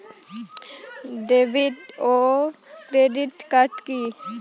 David ও credit card কি?